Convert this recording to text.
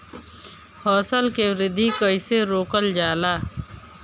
फसल के वृद्धि कइसे रोकल जाला?